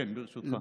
כן, ברשותך.